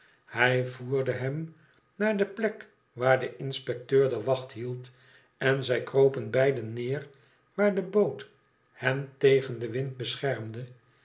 hij voerde hem naarde plek waar de inspecteur de wacht hield en zij kropen beiden neer waar de boot hen tegen den wind beschermde